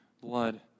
blood